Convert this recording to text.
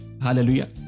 Hallelujah